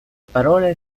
parole